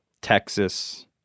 Texas